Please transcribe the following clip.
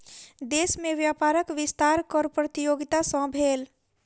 देश में व्यापारक विस्तार कर प्रतियोगिता सॅ भेल